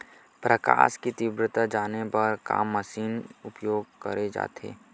प्रकाश कि तीव्रता जाने बर का मशीन उपयोग करे जाथे?